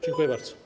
Dziękuję bardzo.